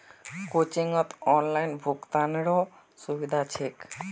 कोचिंगत ऑनलाइन भुक्तानेरो सुविधा छेक